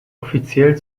offiziell